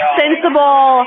sensible